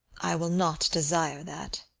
i will not desire that.